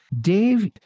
Dave